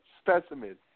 specimen